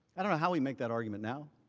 i don't know how we make that argument now.